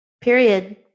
Period